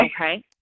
Okay